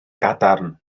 gadarn